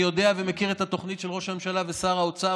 אני יודע ומכיר את התוכנית של ראש הממשלה ושר האוצר,